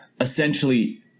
essentially